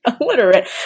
illiterate